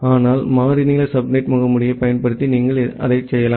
ஆனால் மாறி நீள சப்நெட் முகமூடியைப் பயன்படுத்தி நீங்கள் அதைச் செய்யலாம்